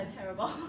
Terrible